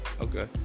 okay